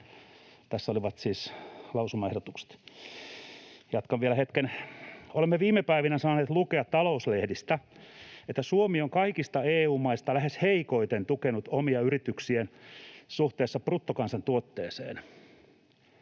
Tässä olivat siis lausumaehdotukset. Jatkan vielä hetken. Olemme viime päivinä saaneet lukea talouslehdistä, että Suomi on kaikista EU-maista lähes heikoiten tukenut omia yrityksiään suhteessa bruttokansantuotteeseen.